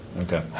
Okay